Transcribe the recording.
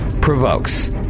provokes